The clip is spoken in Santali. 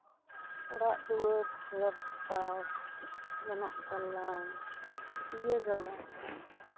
ᱚᱲᱟᱜ ᱫᱩᱣᱟᱹᱨ ᱡᱮᱨᱮᱲ ᱯᱚᱛᱟᱣ ᱡᱚᱱᱚᱜ ᱜᱟᱞᱟᱝ ᱯᱟᱹᱴᱭᱟᱹ ᱜᱟᱞᱟᱝ